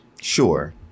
Sure